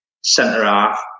centre-half